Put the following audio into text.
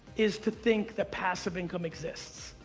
is to think that passive income exists.